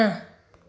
न